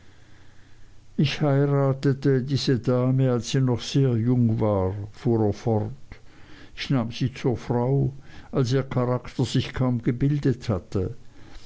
ich heiratete diese dame als sie noch sehr jung war fuhr er fort ich nahm sie zur frau als ihr charakter sich kaum gebildet hatte